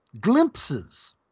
glimpses